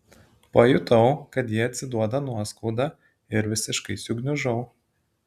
pajutau kad ji atsiduoda nuoskauda ir visiškai sugniužau